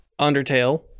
Undertale